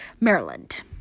Maryland